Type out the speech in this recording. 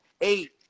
Eight